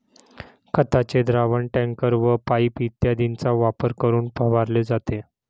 खताचे द्रावण टँकर व पाइप इत्यादींचा वापर करून फवारले जाते